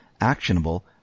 actionable